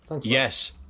Yes